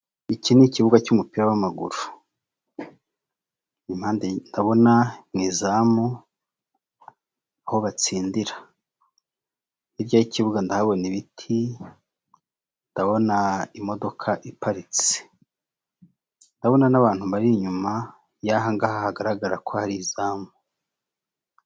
Iki nibuga cy'umupira w'amaguru, ndabona mu izamu aho batsindira muri icyo kibuga ndahabona ibiti, ndabona imodoka iparitse ndabona n'abantu bari inyuma yahangaha hagaragara ko hari izamu.